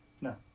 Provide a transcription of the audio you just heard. No